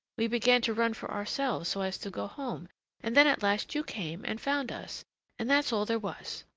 we began to run for ourselves so as to go home and then at last you came and found us and that's all there was.